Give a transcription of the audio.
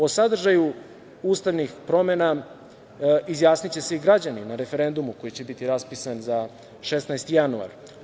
O sadržaju ustavnih promena izjasniće se i građani na referendumu, koji će biti raspisan za 16. januar.